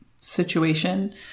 situation